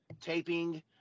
taping